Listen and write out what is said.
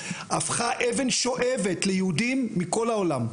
הפכה אבן שואבת ליהודים מכל העולם.